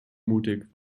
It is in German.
mutig